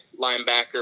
linebacker